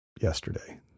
yesterday